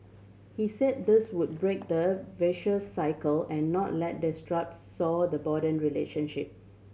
he said this would break the vicious cycle and not let disputes sour the broaden relationship